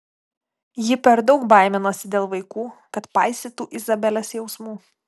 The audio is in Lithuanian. ji per daug baiminosi dėl vaikų kad paisytų izabelės jausmų